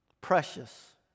precious